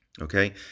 Okay